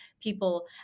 people